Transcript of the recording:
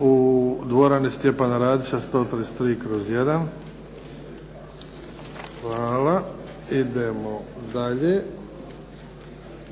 u dvorani "Stjepana Radića" 133/1. Hvala. Idemo dalje.